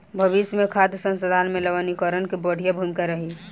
भविष्य मे खाद्य संसाधन में लवणीकरण के बढ़िया भूमिका रही